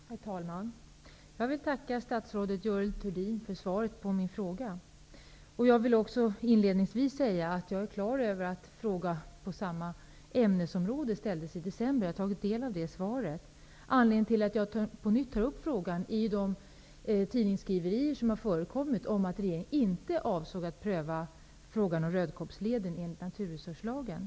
Herr talman! Jag vill tacka statsrådet Görel Thurdin för svaret på min fråga. Inledningsvis vill jag också säga att jag är klar över att en fråga på samma ämnesområde ställdes i december. Jag har tagit del av det svaret. Anledningen till att jag på nytt tar upp frågan är de tidningsskriverier som har förekommit om att regeringen inte avser att pröva frågan om Rödkobbsleden enligt naturresurslagen.